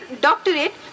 doctorate